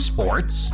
Sports